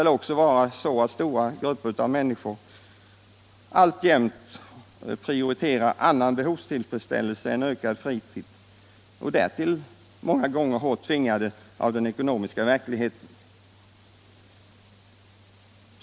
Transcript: Likaså torde stora grupper alltjämt prioritera annan behovstillfredsställelse än ökad fritid, därtill många gånger hårt tvingade av den ekonomiska verkligheten.